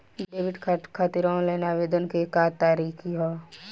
Debit card खातिर online आवेदन के का तरीकि ह?